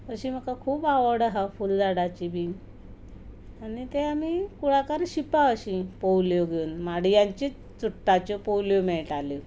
अशी म्हाका खूब आवड आसा फूलझाडांची बी आनी तें आमी कुळागर शींप अशीं पोंवल्यो घेवन माड्यांचीच चुट्टांच्यो पोवल्यो मेळटाल्यो